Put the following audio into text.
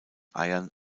eiern